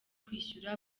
kwishyura